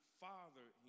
father